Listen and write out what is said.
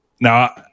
Now